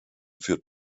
führt